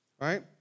right